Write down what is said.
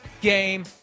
game